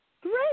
Great